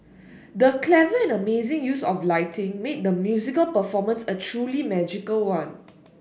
the clever and amazing use of lighting made the musical performance a truly magical one